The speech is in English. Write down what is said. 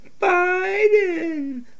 biden